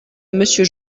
monsieur